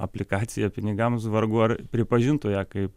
aplikaciją pinigams vargu ar pripažintų ją kaip